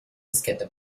diskette